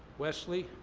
wesley,